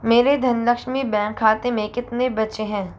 मेरे धनलक्ष्मी बैंक खाते में कितने बचे हैं